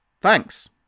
Thanks